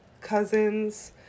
cousins